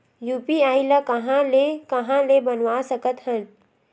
UPI ल कहां ले कहां ले बनवा सकत हन?